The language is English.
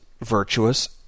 virtuous